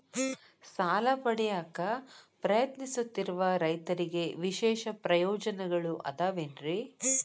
ಸಾಲ ಪಡೆಯಾಕ್ ಪ್ರಯತ್ನಿಸುತ್ತಿರುವ ರೈತರಿಗೆ ವಿಶೇಷ ಪ್ರಯೋಜನಗಳು ಅದಾವೇನ್ರಿ?